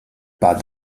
pas